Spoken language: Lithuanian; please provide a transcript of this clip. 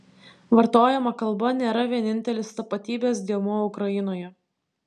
vartojama kalba nėra vienintelis tapatybės dėmuo ukrainoje